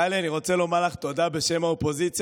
טלי, אני רוצה לומר לך תודה בשם האופוזיציה.